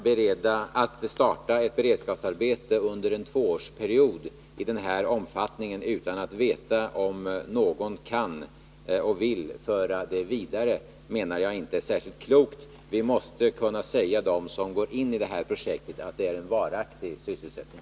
Men att starta ett beredskapsarbete i den här omfattningen under en tvåårsperiod utan att veta om någon kan eller vill föra det vidare menar jag inte är särskilt klokt. Vi måste kunna säga dem som går in i detta projekt att det är fråga om en varaktig sysselsättning.